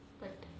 but